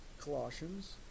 Colossians